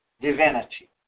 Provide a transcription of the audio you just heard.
divinity